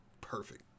perfect